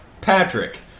Patrick